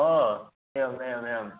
ओ एवमेवमेवम्